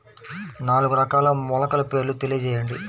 నాలుగు రకాల మొలకల పేర్లు తెలియజేయండి?